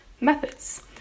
methods